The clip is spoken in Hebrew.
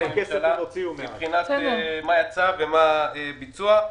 מה יצא ומה בביצוע.